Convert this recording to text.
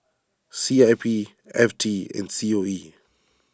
C I P F T and C O E